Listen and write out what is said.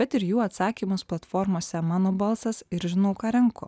bet ir jų atsakymus platformose mano balsas ir žinau ką renku